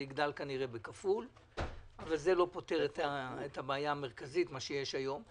אבל זה לא פותר את הבעיה המרכזית שיש היום,